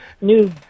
new